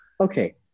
okay